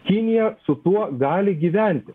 kinija su tuo gali gyventi